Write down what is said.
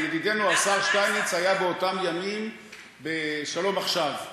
ידידנו השר שטייניץ היה באותם ימים ב"שלום עכשיו".